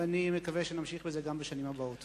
ואני מקווה שנמשיך בזה גם בשנים הבאות.